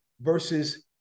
versus